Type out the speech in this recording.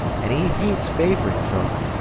an' he hates favourin' folk.